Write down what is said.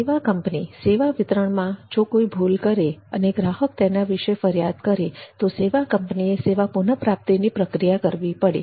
સેવા કંપની સેવા વિતરણમાં જો કોઈ ભૂલ કરે અને ગ્રાહક તેના વિષે ફરિયાદ કરે તો સેવા કંપનીએ સેવા પુન પ્રાપ્તિની પ્રક્રિયા કરવી પડે